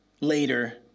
later